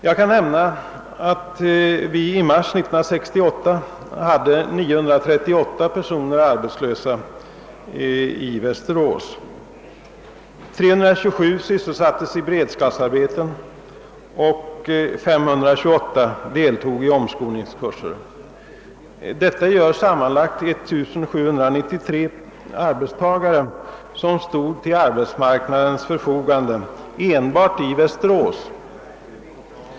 Jag kan nämna att vi i mars 1968 hade 938 personer arbetslösa i Västerås. 327 sysselsattes i beredskapsarbeten och 528 deltog i omskolningskurser. Detta gör sammanlagt 1793 arbetstagare som stod till arbetsmarknadens förfogande enbart 1 Västerås.